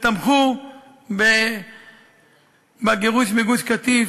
ותמכו בגירוש מגוש-קטיף,